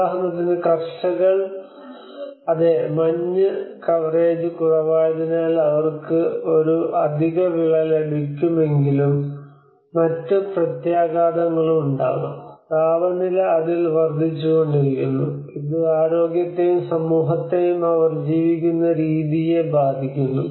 ഉദാഹരണത്തിന് കർഷകർ അതെ മഞ്ഞ് കവറേജ് കുറവായതിനാൽ അവർക്ക് ഒരു അധിക വിള ലഭിക്കുമെങ്കിലും മറ്റ് പ്രത്യാഘാതങ്ങളും ഉണ്ടാകും താപനില അതിൽ വർദ്ധിച്ചുകൊണ്ടിരിക്കുന്നു ഇത് ആരോഗ്യത്തെയും സമൂഹത്തെയും അവർ ജീവിക്കുന്ന രീതിയെ ബാധിക്കുന്നു